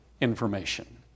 information